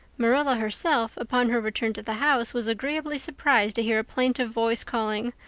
marilla herself, upon her return to the house, was agreeably surprised to hear a plaintive voice calling,